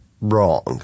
wrong